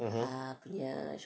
(uh huh)